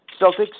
Celtics